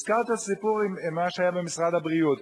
הזכרת את הסיפור של מה שהיה במשרד הבריאות.